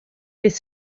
bydd